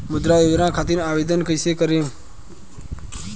मुद्रा योजना खातिर आवेदन कईसे करेम?